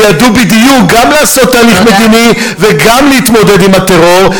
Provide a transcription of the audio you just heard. וידעו בדיוק גם לעשות תהליך מדיני וגם להתמודד עם הטרור,